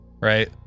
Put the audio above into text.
right